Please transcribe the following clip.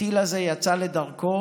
הטיל הזה יצא לדרכו,